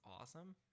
awesome